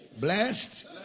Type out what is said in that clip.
Blessed